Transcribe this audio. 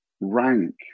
rank